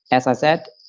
as i said,